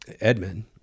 Edmund